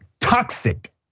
toxic